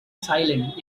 silent